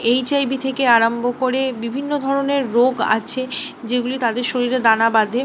HIV থেকে আরম্ভ করে বিভিন্ন ধরণের রোগ আছে যেগুলি তাদের শরীরে দানা বাঁধে